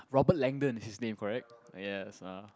Robert Lyndon his name correct yes ah